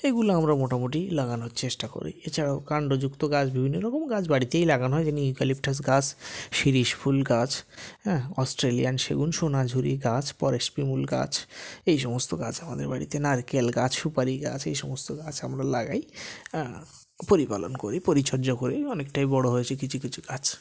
এগুলো আমরা মোটামুটি লাগানোর চেষ্টা করি এছাড়াও কাণ্ডযুক্ত গাছ বিভিন্ন রকম গাছ বাড়িতেই লাগানো হয় যেমন ইউক্যালিপটাস গাছ শিরীষ ফুল গাছ হ্যাঁ অস্ট্রেলিয়ান সেগুন সোনাঝুরি গাছ পরশ পিপুল গাছ এই সমস্ত গাছ আমাদের বাড়িতে নারকেল গাছ সুপারি গাছ এই সমস্ত গাছ আমরা লাগাই হ্যাঁ পরিপালন করি পরিচর্যা করি অনেকটাই বড় হয়েছে কিছু কিছু গাছ